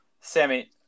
Sammy